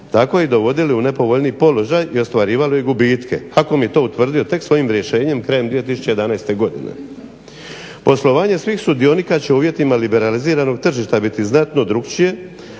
dakle i dovodili u nepovoljniji položaj i ostvarivali gubitke. HAKOM je to utvrdio tek svojim rješenjem krajem 2011. godine. Poslovanje svih sudionika će u uvjetima liberaliziranog tržišta biti znatno drukčije,